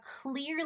clearly